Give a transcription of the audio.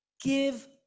Give